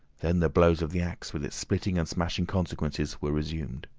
then the blows of the axe with its splitting and smashing consequences, were resumed.